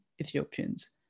Ethiopians